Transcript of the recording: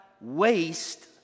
waste